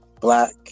black